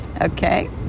okay